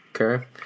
Okay